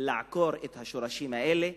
לעקור את השורשים האלה,